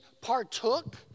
partook